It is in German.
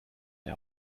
der